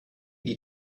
die